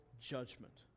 judgment